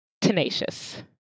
Tenacious